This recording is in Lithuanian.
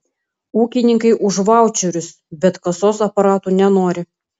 ūkininkai už vaučerius bet kasos aparatų nenori